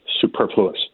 superfluous